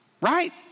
right